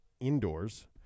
indoors